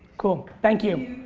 cool thank you.